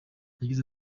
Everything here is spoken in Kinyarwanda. yagize